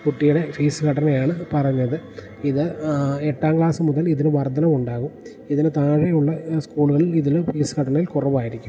കുട്ടിയുടെ ഫീസ് ഘടനയാണ് പറഞ്ഞത് ഇത് എട്ടാം ക്ലാസ് മുതൽ ഇതിന് വർദ്ധനവുണ്ടാകും ഇതിന് താഴെയുള്ള സ്കൂളുകളിൽ ഇതില് ഫീസ് ഘടനയില് കുറവായിരിക്കും